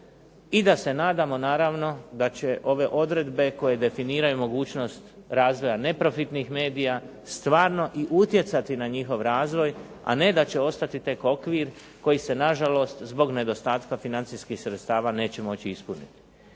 i da se nadamo naravno da će ove odredbe koje definiraju mogućnost razvoja neprofitnih medija stvarno i utjecati na njihov razvoj, a ne da će ostati tek okvir koji se nažalost zbog nedostatka financijskih sredstava neće moći ispuniti.